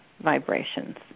vibrations